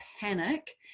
panic